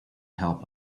help